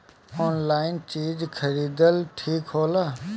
Online चीज खरीदल ठिक होला?